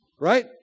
right